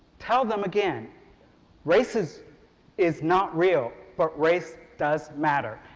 tell them again race is is not real, but race does matter.